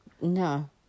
No